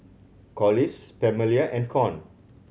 Collis Pamelia and Con